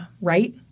Right